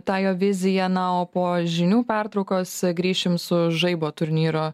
tą jo viziją na o po žinių pertraukos grįšim su žaibo turnyro